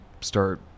start